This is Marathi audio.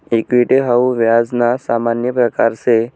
इक्विटी हाऊ व्याज ना सामान्य प्रकारसे